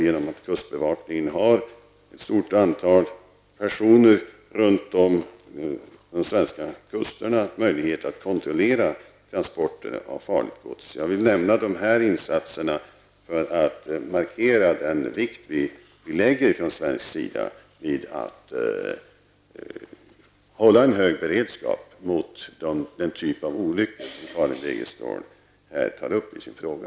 Genom att kustbevakningen har ett stort antal personer runt om de svenska kusterna ges då möjlighet att kontrollera transporterna av farligt gods. Jag vill nämna de här insatserna för att markera den vikt vi lägger från svensk sida vid att hålla en hög beredskap mot den typ av olyckor som Karin Wegestål tar upp i sin fråga.